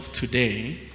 Today